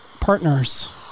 partners